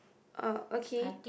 oh okay